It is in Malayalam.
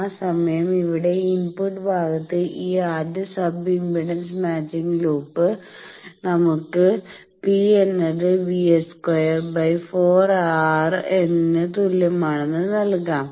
ആ സമയം ഇവിടെ ഇൻപുട്ട് ഭാഗത്ത് ഈ ആദ്യ സബ് ഇംപെഡൻസ് മാച്ചിംഗ് ലൂപ്പ് നമുക്ക് P¿ എന്നത് Vₛ² 4 R¿ ന് തുല്യമാണെന്ന് നൽകും